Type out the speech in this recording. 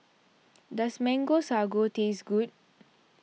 does Mango Sago taste good